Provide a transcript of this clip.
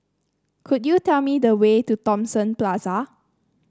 could you tell me the way to Thomson Plaza